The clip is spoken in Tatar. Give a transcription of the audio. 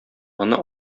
аны